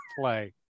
play